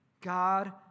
God